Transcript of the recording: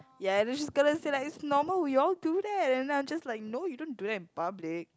ya then she's gonna say like it's normal we all do that and then I'm just like no you don't do that in public